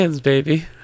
baby